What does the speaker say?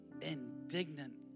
indignant